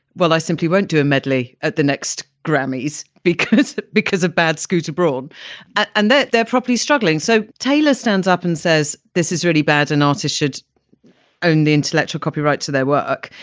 well, i simply won't do a medley at the next grammys because it's because of bad schools abroad and their their properties struggling. so taylor stands up and says, this is really bad. an artist should own the intellectual copyright to their work.